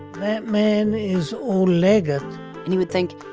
that man is o'liget and he would think,